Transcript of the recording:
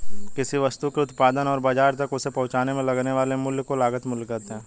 किसी वस्तु के उत्पादन और बाजार तक उसे पहुंचाने में लगने वाले मूल्य को लागत मूल्य कहते हैं